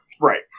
Right